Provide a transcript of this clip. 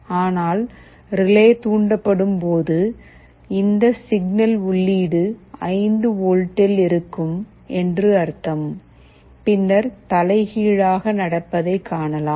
ஆனால் ரிலே தூண்டப்படும்போது இந்த சிக்னல் உள்ளீடு 5 வோல்ட்டில் இருக்கும் என்று அர்த்தம் பின்னர் தலைகீழாக நடப்பதைக் காணலாம்